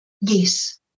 Yes